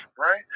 right